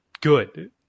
good